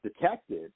detected